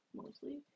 mostly